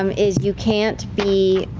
um is you can't be.